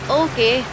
okay